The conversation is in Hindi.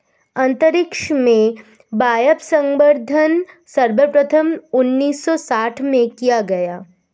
अंतरिक्ष में वायवसंवर्धन सर्वप्रथम उन्नीस सौ साठ में किया गया